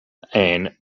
ann